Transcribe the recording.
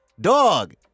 Dog